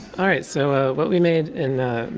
alright, so ah what we made in